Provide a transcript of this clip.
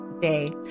day